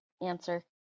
answer